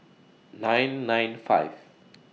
nine nine five